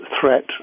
threat